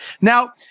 Now